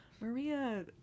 maria